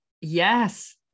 Yes